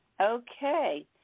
Okay